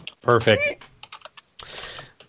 Perfect